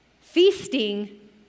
Feasting